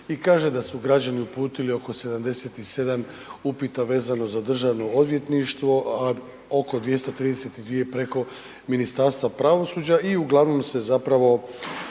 i kaže da su građani uputili oko 77 upita vezano za Državno odvjetništvo a oko 232 preko Ministarstva pravosuđa uglavnom se zapravo